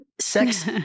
Sex